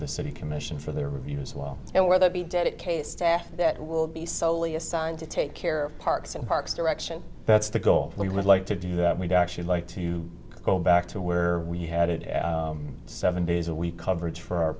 the city commission for their reviews well and whether he did it case staff that will be solely assigned to take care of parks and parks direction that's the goal we would like to do that we'd actually like to go back to where we had it seven days a week coverage for our